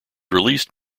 released